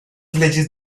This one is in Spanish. leyes